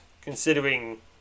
considering